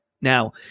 Now